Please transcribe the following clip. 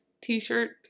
t-shirt